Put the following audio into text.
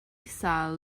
sal